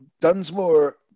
Dunsmore